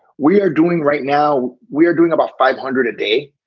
we are doing right now, we are doing about five hundred a day.